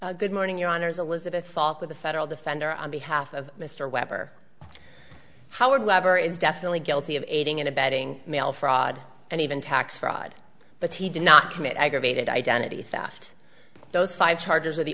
good morning your honour's elizabeth fault with the federal defender on behalf of mr weber howard lever is definitely guilty of aiding and abetting mail fraud and even tax fraud but he did not commit aggravated identity theft those five charges are the